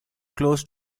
close